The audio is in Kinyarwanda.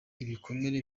ibikomere